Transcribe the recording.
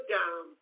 down